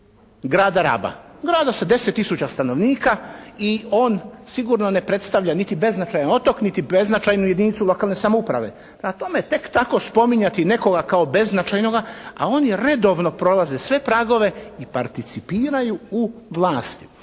Grada Raba. Grada sa 10 tisuća stanovnika i on sigurno ne predstavlja niti beznačajan otok niti beznačajnu jedinicu lokalne samouprave. Prema tome tek tako spominjati nekoga kao beznačajnoga, a oni redovno prolaze sve pragove i participiraju u vlasti.